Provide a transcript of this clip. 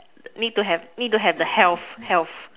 need to have need to have the health health